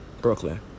Brooklyn